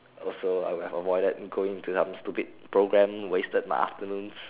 also I would have avoided going to some stupid programme wasted my afternoons